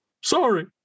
Sorry